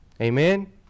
Amen